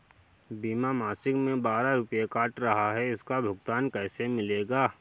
बीमा मासिक में बारह रुपय काट रहा है इसका भुगतान कैसे मिलेगा?